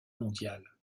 mondiale